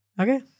Okay